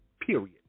Period